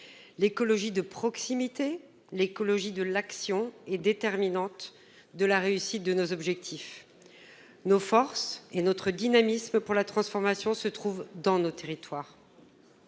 L'écologie de proximité, l'écologie de l'action, est déterminante pour la réussite de nos objectifs. Nos forces et notre dynamisme pour la transformation se trouvent dans nos territoires.